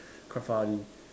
quite funny